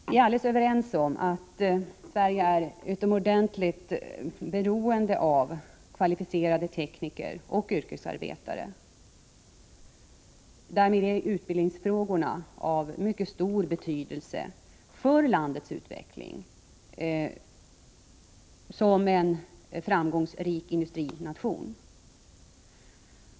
Vi är alldeles överens om att Sverige är utomordentligt beroende av kvalificerade tekniker och yrkesarbetare och att utbildningsfrågorna därmed är av mycket stor betydelse för utvecklingen av vårt land som en framgångsrik industrination.